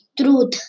truth